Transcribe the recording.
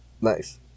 Nice